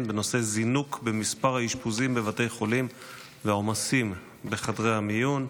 בנושא: זינוק במספר האשפוזים בבתי חולים ועומסים בחדרי המיון.